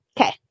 Okay